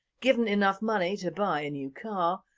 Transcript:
given enough money to buy a new car,